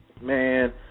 man